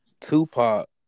Tupac